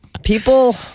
People